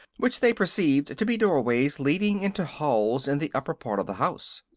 which they perceived to be doorways leading into halls in the upper part of the house.